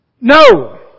No